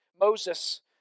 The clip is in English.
Moses